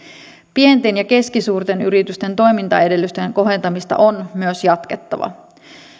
pienten ja keskisuurten yritysten toimintaedellytysten kohentamista on myös jatkettava